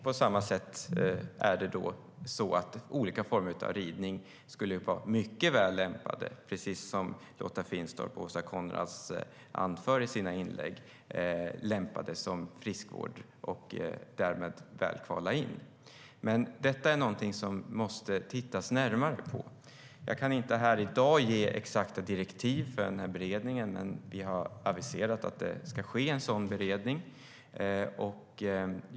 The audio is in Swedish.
På samma sätt skulle olika former av ridning vara väl lämpade som friskvård, precis som Lotta Finstorp och Åsa Coenraads anför i sina inlägg, och därmed väl kvala in. Det är någonting som måste tittas närmare på. Jag kan inte här i dag ge exakta direktiv till beredningen, men vi har aviserat att en sådan ska ske.